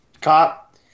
cop